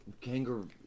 kangaroo